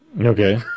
Okay